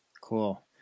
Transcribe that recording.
Cool